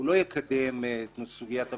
הוא לא יקדם את סוגיית המשילות.